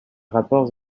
rapport